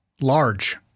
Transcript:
large